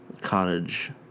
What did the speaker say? Cottage